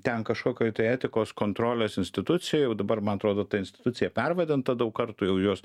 ten kažkokioj tai etikos kontrolės institucijoj jau dabar man atrodo ta institucija pervadinta daug kartų jau jos